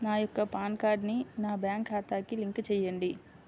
నా యొక్క పాన్ కార్డ్ని నా బ్యాంక్ ఖాతాకి లింక్ చెయ్యండి?